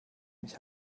mich